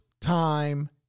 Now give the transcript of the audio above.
time